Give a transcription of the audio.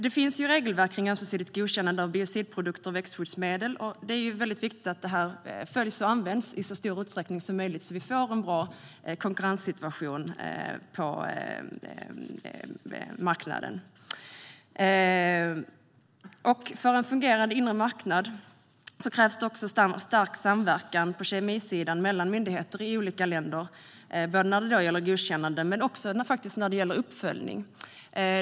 Det finns regelverk om ömsesidigt godkännande av biocidprodukter och växtskyddsmedel. Det är viktigt att det följs och används i så stor utsträckning som möjligt, så att vi får en bra konkurrenssituation på marknaden. För en fungerande inre marknad krävs det också stark samverkan på kemisidan mellan myndigheter i olika länder, både när det gäller godkännande och när det gäller uppföljning.